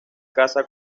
casa